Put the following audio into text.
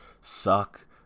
suck